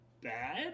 bad